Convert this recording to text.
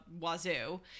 wazoo